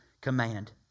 command